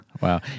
Wow